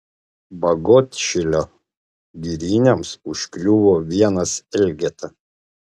bagotšilio giriniams užkliuvo vienas elgeta